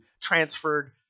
transferred